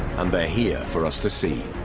and they're here for us to see